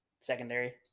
secondary